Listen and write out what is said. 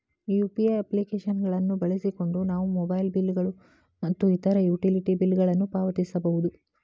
UPI application ಗಳನ್ನು ಬಳಸಿಕೊಂಡು ನಾವು ಮೊಬೈಲ್ ಬಿಲ್ ಗಳು ಮತ್ತು ಇತರ ಯುಟಿಲಿಟಿ ಬಿಲ್ ಗಳನ್ನು ಪಾವತಿಸಬಹುದು